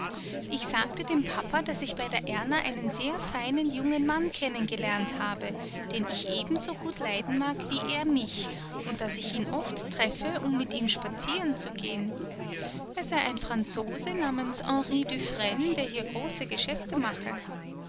ich sagte dem papa daß ich bei der erna einen sehr feinen jungen mann kennen gelernt habe den ich ebenso gut leiden mag wie er mich und daß ich ihn oft treffe um mit ihm spazieren zu gehen er sei ein franzose namens henry dufresne der hier große geschäfte mache